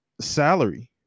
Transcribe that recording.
salary